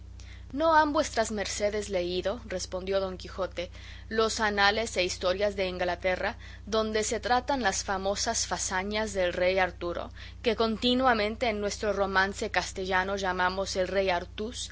no han vuestras mercedes leído respondió don quijote los anales e historias de ingalaterra donde se tratan las famosas fazañas del rey arturo que continuamente en nuestro romance castellano llamamos el rey artús